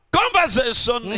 conversation